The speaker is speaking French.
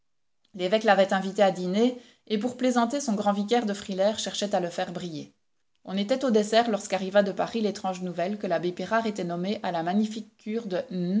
l'évêque l'avait invité à dîner et pour plaisanter son grand vicaire de frilair cherchait à le faire briller on était au dessert lorsqu'arriva de paris l'étrange nouvelle que l'abbé pirard était nommé à la magnifique cure de